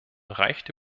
reicht